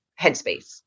headspace